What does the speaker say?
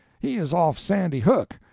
he is off sandy hook.